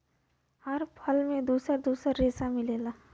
हर फल में दुसर दुसर रेसा मिलेला